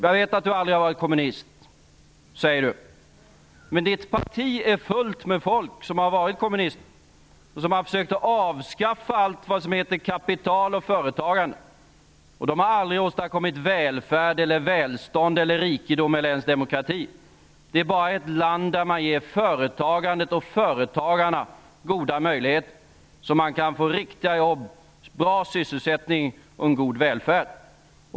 Jag vet att Gudrun Schyman säger att hon aldrig varit kommunist, men hennes parti är fullt med folk som varit kommunister, och som försökt att avskaffa allt som heter kapital och företagande. De har aldrig åstadkommit välfärd, välstånd eller rikedom. De har inte ens åstadkommit demokrati. Det är bara i ett land där man ger förtagandet och företagarna goda möjligheter som man kan skapa riktiga jobb, få till stånd bra sysselsättning och en god välfärd.